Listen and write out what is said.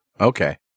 Okay